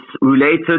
related